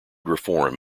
reform